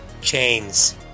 chains